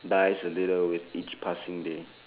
dies a little with each passing day